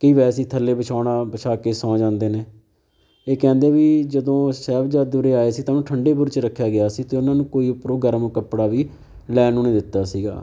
ਕਈ ਵੈਸੇ ਥੱਲੇ ਵਿਛੌਣਾ ਵਿਛਾ ਕੇ ਸੌ ਜਾਂਦੇ ਨੇ ਇਹ ਕਹਿੰਦੇ ਵੀ ਜਦੋਂ ਸਾਹਿਬਜ਼ਾਦੇ ਉਰੇ ਆਏ ਸੀ ਤਾਂ ਉਹਨੂੰ ਠੰਡੇ ਬੁਰਜ 'ਚ ਰੱਖਿਆ ਗਿਆ ਸੀ ਅਤੇ ਉਹਨਾਂ ਨੂੰ ਕੋਈ ਉੱਪਰੋਂ ਗਰਮ ਕੱਪੜਾ ਵੀ ਲੈਣ ਨੂੰ ਨਹੀਂ ਦਿੱਤਾ ਸੀਗਾ